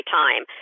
time